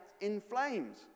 inflames